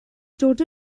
dod